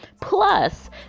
Plus